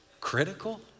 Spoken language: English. critical